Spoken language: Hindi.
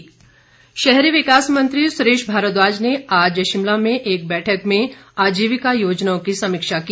सुरेश भारद्वाज शहरी विकास मंत्री सुरेश भारद्वाज ने आज शिमला में एक बैठक में आजीविका योजनाओं की समीक्षा की